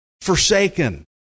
forsaken